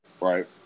right